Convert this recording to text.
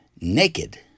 naked